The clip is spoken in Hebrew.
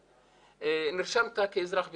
אתה נרשמת כאזרח בטעות,